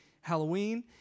Halloween